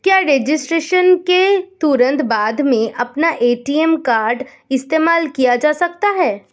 क्या रजिस्ट्रेशन के तुरंत बाद में अपना ए.टी.एम कार्ड इस्तेमाल किया जा सकता है?